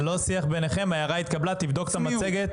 ההערה התקבלה, תבדוק את המצגת.